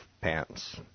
pants